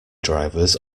drivers